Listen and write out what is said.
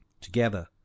together